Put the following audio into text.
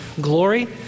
glory